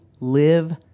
live